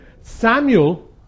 Samuel